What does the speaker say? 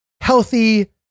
healthy